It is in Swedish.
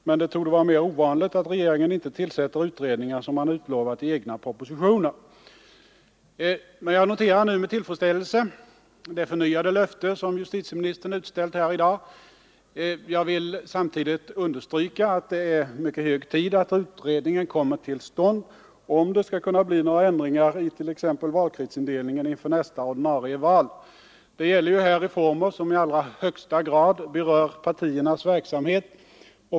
Men det torde vara mera ovanligt att regeringen inte tillsätter utredningar som man utlovat i egna propositioner. Jag noterar nu med tillfredsställelse det förnyade löfte som justitieministern utställt här i dag. Men jag vill samtidigt understryka att det är mycket hög tid att utredningen kommer till stånd, om det skall kunna bli några ändringar i t.ex. valkretsindelningen inför nästa ordinarie val. Det gäller ju här reformer som i allra högsta grad berör partiernas verksamhet.